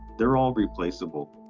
they're all replaceable.